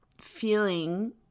feeling